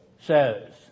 says